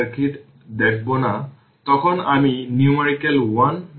equation 10 কে vt v0 e হিসাবে express করা যেতে পারে